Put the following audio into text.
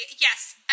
yes